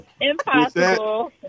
Impossible